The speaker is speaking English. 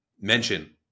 mention